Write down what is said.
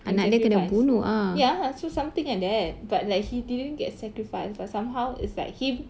sacrifice ya so something like that but like he didn't get sacrificed but somehow it's like him